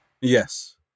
Yes